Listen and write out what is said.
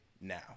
now